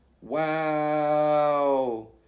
wow